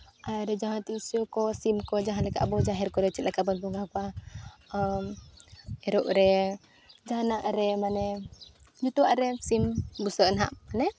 ᱟᱨ ᱡᱟᱦᱟᱸ ᱛᱤᱥ ᱠᱚ ᱥᱤᱢ ᱠᱚ ᱡᱟᱦᱟᱸ ᱞᱮᱠᱟ ᱟᱵᱚ ᱡᱟᱦᱮᱨ ᱠᱚᱨᱮ ᱪᱮᱫ ᱞᱮᱠᱟᱵᱚᱱ ᱵᱚᱸᱜᱟ ᱠᱚᱣᱟ ᱮᱨᱚᱜ ᱨᱮ ᱡᱟᱦᱟᱱᱟᱜ ᱨᱮ ᱢᱟᱱᱮ ᱱᱤᱛᱳᱜ ᱨᱮᱱ ᱥᱤᱢ ᱵᱩᱥᱟᱹᱜ ᱱᱟᱜ ᱢᱟᱱᱮ